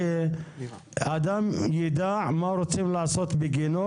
שאדם ידע מה רוצים לעשות בגינו,